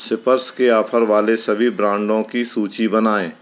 sippers के offer वाले सभी ब्रांडों की सूचि बनाएँ